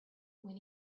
when